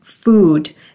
food